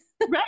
right